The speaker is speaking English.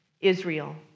Israel